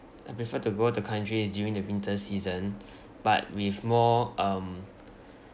I prefer to go to countries during the winter season but with more um